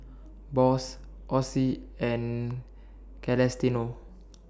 Boss Osie and Celestino